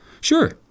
Sure